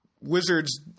Wizards